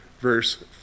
verse